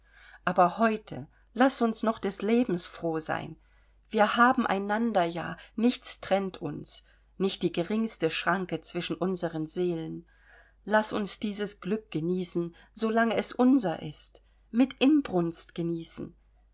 aber heute laß uns noch des lebens froh sein wir haben einander ja nichts trennt uns nicht die geringste schranke zwischen unseren seelen laß uns dieses glück genießen so lange es unser ist mit inbrunst genießen